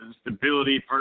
stability